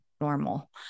normal